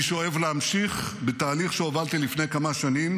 אני שואף להמשיך בתהליך שהובלתי לפני כמה שנים,